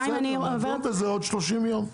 עוד 30 יום.